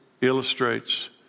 illustrates